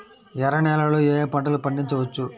ఎర్ర నేలలలో ఏయే పంటలు పండించవచ్చు?